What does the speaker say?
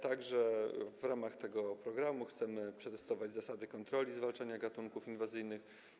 Także w ramach tego programu chcemy przetestować zasady kontroli zwalczania gatunków inwazyjnych.